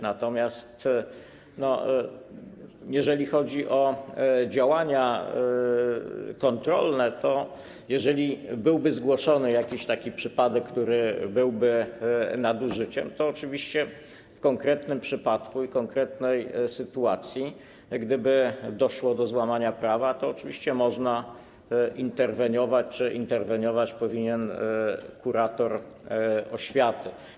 Natomiast jeżeli chodzi o działania kontrolne, to jeżeli byłby zgłoszony taki przypadek, który byłby nadużyciem, w konkretnym przypadku i konkretnej sytuacji, gdyby doszło do złamania prawa, oczywiście można interweniować czy interweniować powinien kurator oświaty.